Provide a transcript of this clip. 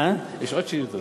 יש עוד שאילתות.